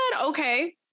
Okay